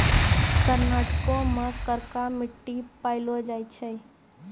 कर्नाटको मे करका मट्टी पायलो जाय छै